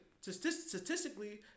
statistically